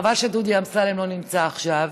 חבל שדודי אמסלם לא נמצא עכשיו.